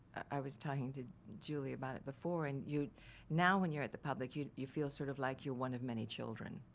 i was talking to julie about it before, and you now when you're at the public you you feel sort of like you're one of many children.